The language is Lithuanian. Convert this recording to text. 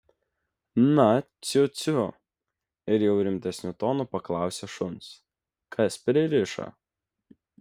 na ciu ciu ir jau rimtesniu tonu paklausė šuns kas pririšo